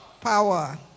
power